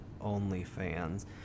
OnlyFans